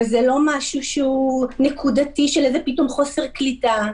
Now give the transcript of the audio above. וזה לא משהו נקודתי של פתאום חוסר קליטה.